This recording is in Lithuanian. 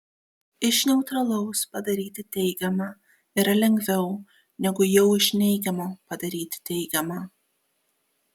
iš neutralaus padaryti teigiamą yra lengviau negu jau iš neigiamo padaryti teigiamą